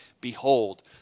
behold